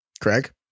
Craig